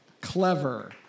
Clever